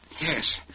Yes